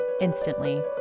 instantly